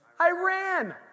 Iran